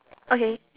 okay